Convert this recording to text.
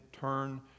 turn